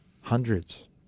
Hundreds